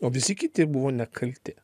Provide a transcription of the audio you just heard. o visi kiti buvo nekalti